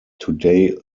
today